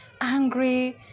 angry